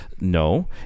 no